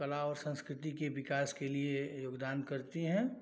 कला और सँस्कृति के विकास के लिए योगदान करती हैं